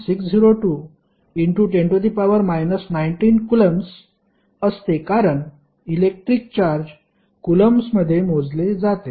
60210 19 coulombs असते कारण electric charge कुलम्बसमध्ये मोजले जाते